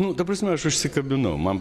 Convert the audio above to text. nu ta prasme aš užsikabinau man